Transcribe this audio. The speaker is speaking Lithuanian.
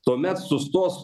tuomet sustos